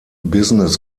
business